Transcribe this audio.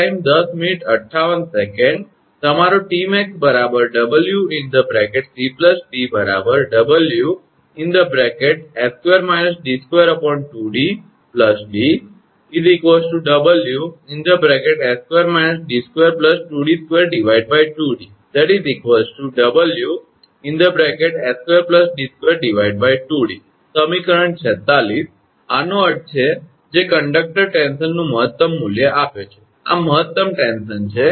તમારો 𝑇𝑚𝑎𝑥 𝑊𝑐 𝑑 𝑊𝑠2 − 𝑑2 2𝑑 𝑑 𝑊𝑠2 − 𝑑2 2𝑑2 2𝑑 𝑊𝑠2𝑑2 2𝑑 સમીકરણ 46 આનો અર્થ છે જે કંડક્ટર ટેન્શનનું મહત્તમ મૂલ્ય આપે છે આ મહત્તમ ટેન્શન છે